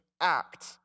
act